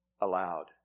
aloud